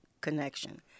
connection